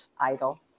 idol